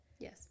Yes